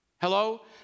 Hello